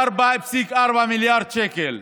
אני לא הייתי במשרד האוצר.